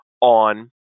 on